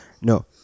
No